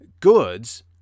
goods